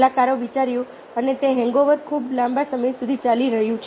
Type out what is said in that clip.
કલાકારોએ વિચાર્યું અને તે હેંગઓવર ખૂબ લાંબા સમય સુધી ચાલુ રહે છે